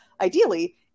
ideally